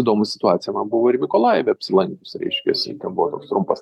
įdomi situacija man buvo ir mikolajave apsilankius reiškiasi ten buvo toks trumpas